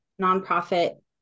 nonprofit